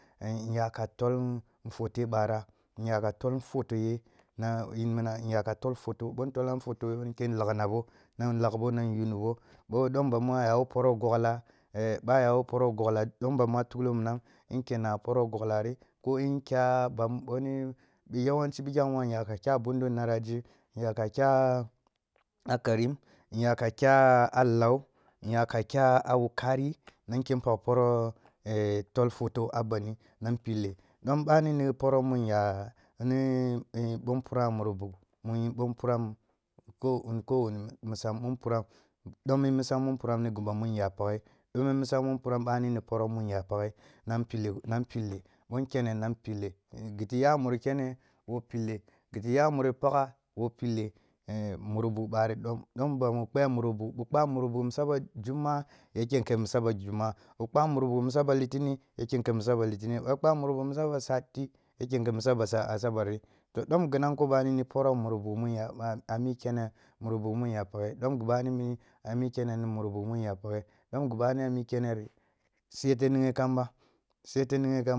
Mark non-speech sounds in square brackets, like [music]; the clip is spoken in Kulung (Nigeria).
Nyaka tol photoye bwarah, nyaka tol photoye na [hesitation] nyaka tol photo, ъo ntolam photoyo nkin laghnaba nan laghbo nang yunibo ъo ɗom bamu ayawo poroh goghla, bo ayawo poroh goghla dom bam mu a tukhlo minang nkenna a poroh goglari, ko nkyah bam boni, yawanei pikhem nyakyah mbughun narage, nyakakyah a karim, nyakakyah a lau, nyakakyah a wukari na kin pagh poroh eh tol photo a bandi nang pile, ɗom ъani ni poroh mu nya ni bo mpuram a murubu ni bo mpuram [hesitation] misa ъo mpuram, dom mi misa bo mpuram ni ghi mu iya paghe ɗom mi misa mu mpuram ъani ni poroh mu nya paghe, nan pillo, nan pilli, bo nkene nang pille eh ghiti ya muri kene wo pille, ghiti ya muri pagha wo pille eh murubu barhi ɗom, dom banmu kwah murubu, kwah murubu misa ba jumma’a, ya kenke misa ba jumma’a, ъo kwah ba murubu misa ba litini ya kenke misa ba litini, bo kwah ba murubu misa ba sati, ya kenke misa ba [hesitation] o. sabar rhi, to dom ghi nanko bani ni poroh murubu mu nya [hesitation] ami kene murubu mu iya paghe, dom ghi mi a mi keneni murubu mu nyaba paghe, ɗom ghi ъani a mi kene rhi su yete nighe kamba, su yete nigheba.